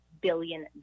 billion